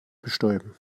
bestäuben